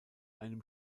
einem